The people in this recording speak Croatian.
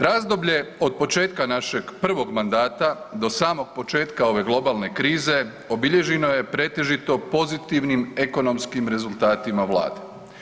Razdoblje od početka našeg prvog mandata do samog početka ove globalne krize obilježeno je pretežito pozitivnim ekonomskim rezultatima Vlade.